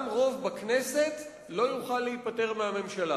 גם רוב בכנסת לא יוכל להיפטר מהממשלה.